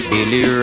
Billy